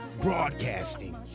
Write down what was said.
broadcasting